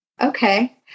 Okay